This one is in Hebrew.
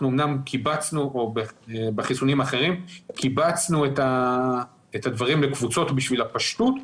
אנחנו אומנם קיבצנו את הדברים לקבוצות בשביל הפשטות,